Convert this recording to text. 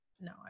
no